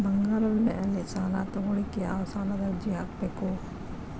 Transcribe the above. ಬಂಗಾರದ ಮ್ಯಾಲೆ ಸಾಲಾ ತಗೋಳಿಕ್ಕೆ ಯಾವ ಸಾಲದ ಅರ್ಜಿ ಹಾಕ್ಬೇಕು?